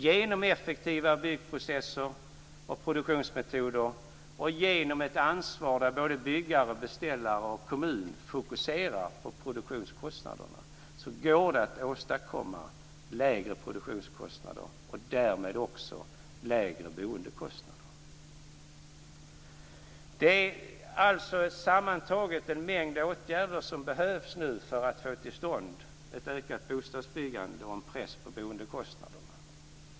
Genom effektiva byggprocesser och produktionsmetoder och genom ett ansvar där byggare, beställare och kommun fokuserar på produktionskostnaderna går det att åstadkomma lägre produktionskostnader och därmed också lägre boendekostnader. Det är alltså sammantaget en mängd åtgärder som behövs nu för att få till stånd ett ökat bostadsbyggande och en press på boendekostnaderna.